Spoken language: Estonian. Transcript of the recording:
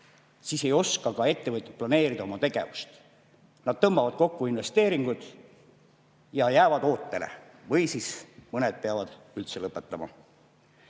ei oska ka ettevõtjad planeerida oma tegevust. Nad tõmbavad kokku investeeringud ja jäävad ootele, mõned peavad üldse lõpetama.